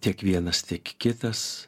tiek vienas tik kitas